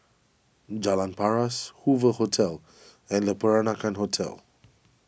Jalan Paras Hoover Hotel and Le Peranakan Hotel